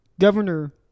Governor